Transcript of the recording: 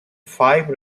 five